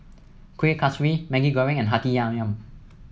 Kueh Kaswi Maggi Goreng and Hati